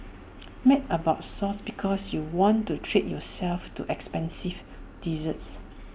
mad about Sucre because you want to treat yourself to expensive desserts